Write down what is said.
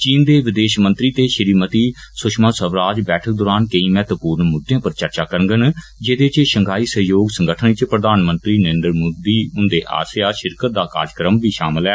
चीन दे विदेश मंत्री ते श्रीमति सुशमा स्वराज बैठक दौरान केई महत्वपूर्ण मुदें पर चर्चा करगन जेदे इच षंघाई सहयोग संगठन इच प्रधानमंत्री नरेन्द्र मोदी हुंदे आस्सैआ षिरकत दा कार्जक्रम बी षामिल ऐ